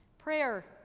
Prayer